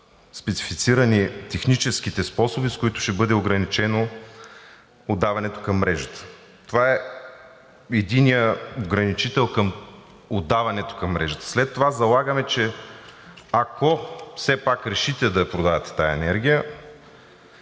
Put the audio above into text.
специфицирани техническите способи, с които ще бъде ограничено отдаването към мрежата. Това е единият ограничител към отдаването към мрежата. След това залагаме, че ако все пак решите да я продавате тази енергия,